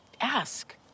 Ask